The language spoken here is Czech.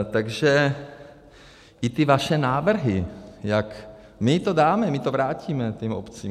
Takže i ty vaše návrhy, jak my to dáme, my to vrátíme těm obcím.